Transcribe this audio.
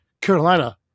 Carolina